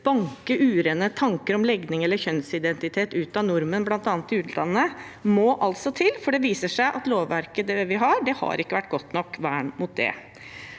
banke urene tanker om legning eller kjønnsidentitet ut av nordmenn, bl.a. i utlandet, må altså til, for det viser seg at lovverket vi har, ikke har vært et godt nok vern mot det.